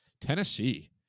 Tennessee